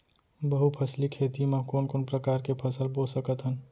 बहुफसली खेती मा कोन कोन प्रकार के फसल बो सकत हन?